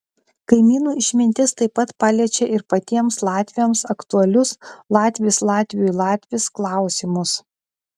kaimynų išmintis taip pat paliečia ir patiems latviams aktualius latvis latviui latvis klausimus